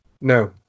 no